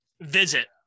Visit